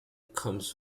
comes